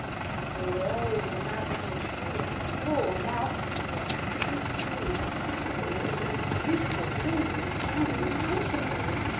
now grow your magical tree up tall now these trees are dangling with the most beautiful jingly jangly icicles.